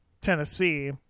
Tennessee